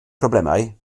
problemau